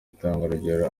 intangarugero